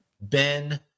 Ben